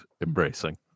embracing